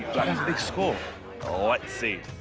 big score. ah let's see!